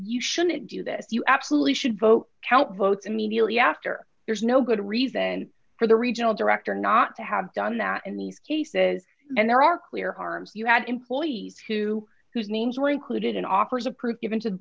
you shouldn't do that you absolutely should vote count votes immediately after there's no good reason for the regional director not to have done that in these cases and there are clear harms you had employees to whose names were included in offers of proof given to the